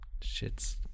shit's